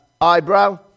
eyebrow